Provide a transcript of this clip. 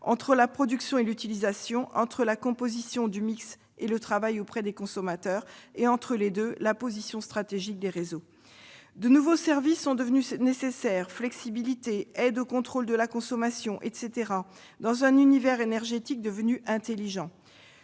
entre la production et l'utilisation, entre la composition du mix et le travail auprès des consommateurs et, entre les deux, la position stratégique des réseaux. De nouveaux services sont devenus nécessaires, comme la flexibilité, l'aide au contrôle de la consommation, dans un univers énergétique devenu intelligent.